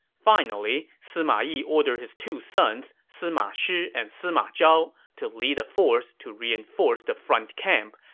finally, sima yi ordered his two sons, sima shi and sima zhao to lead a force to reinforce the front camp,